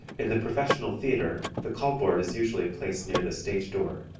in the professional theatre the call-board is usually placed near the stage door.